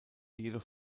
jedoch